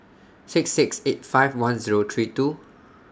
six six eight five one Zero three two